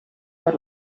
per